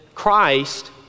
Christ